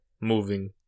moving